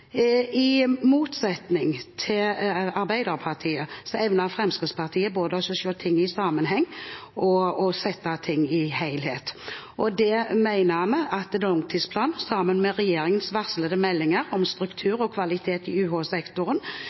I motsetning til Arbeiderpartiet evner Fremskrittspartiet både å se ting i sammenheng og å sette ting inn i en helhet. Vi mener at langtidsplanen og regjeringens varslede melding om struktur og kvalitet i